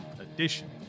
edition